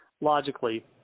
logically